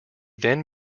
then